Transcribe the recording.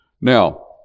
Now